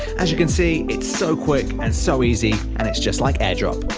as you can see it's so quick and so easy and it's just like airdrop